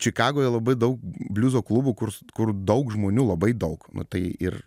čikagoje labai daug bliuzo klubų kurs kur daug žmonių labai daug nu tai ir